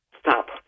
Stop